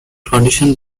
conditions